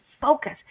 focus